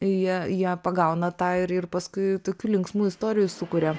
jie jie pagauna tą ir ir paskui tokių linksmų istorijų sukuria